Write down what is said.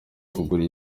kugura